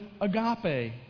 agape